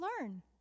learn